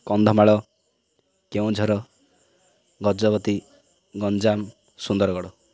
Kandhamal Keonjhar Gajapati Ganjam Sundargarh